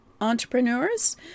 entrepreneurs